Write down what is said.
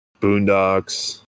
Boondocks